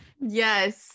yes